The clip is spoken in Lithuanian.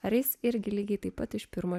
ar jis irgi lygiai taip pat iš pirmo